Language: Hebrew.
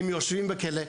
הם יושבים בכלא,